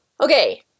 Okay